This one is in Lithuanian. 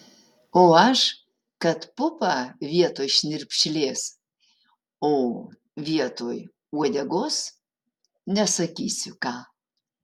o aš kad pupą vietoj šnirpšlės o vietoj uodegos nesakysiu ką